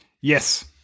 Yes